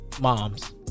Moms